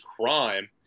crime